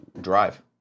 Drive